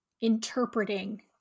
interpreting